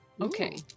Okay